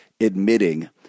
admitting